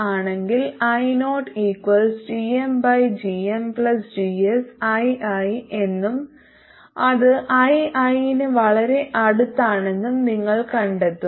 ആണെങ്കിൽ iogmgmGsii എന്നും അത് ii ന് വളരെ അടുത്താണെന്നും നിങ്ങൾ കണ്ടെത്തും